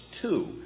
two